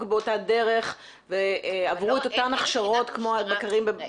באותה דרך ועברו את אותן הכשרות כמו הבקרים בנתב"ג?